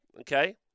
Okay